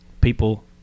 people